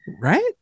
right